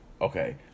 Okay